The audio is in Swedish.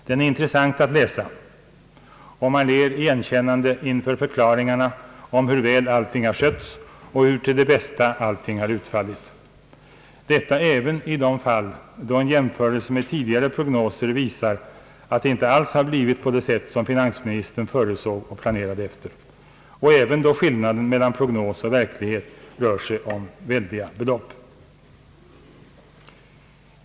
Den är intressant att läsa, och man ler igenkännande inför förklaringarna om hur väl allting har skötts och hur till det bästa allting har utfallit — detta även i de fall då en jämförelse med tidigare prognoser visar, att det inte alls har blivit på det sätt som finansministern förutsåg och planerade efter och även då skillnaden mellan prognos och verklighet rör sig om väldiga belopp.